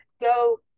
go